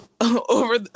over